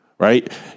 right